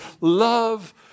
Love